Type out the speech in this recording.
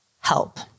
Help